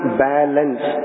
balance